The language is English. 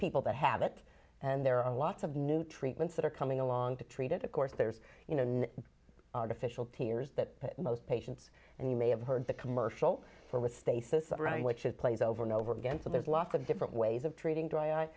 people that have it and there are lots of new treatments that are coming along to treat it of course there's artificial tears that most patients and you may have heard the commercial for restasis around which it plays over and over again so there's lots of different ways of treating dry